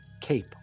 Cape